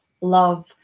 love